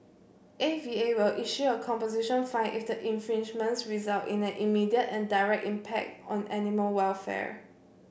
A V A will issue a composition fine if the infringements result in an immediate and direct impact on animal welfare